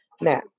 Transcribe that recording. Now